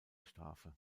strafe